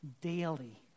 daily